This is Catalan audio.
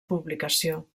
publicació